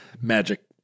magic